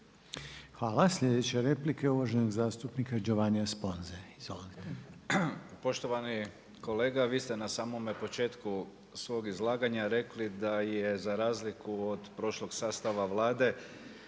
Hvala. Slijedeća replika je uvaženog zastupnika Giovanni Sponza.